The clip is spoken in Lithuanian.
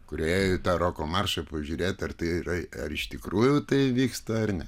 kurie ėjo į tą roko maršą pažiūrėti ar tai ar iš tikrųjų tai vyksta ar ne